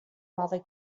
mother